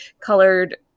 colored